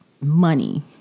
money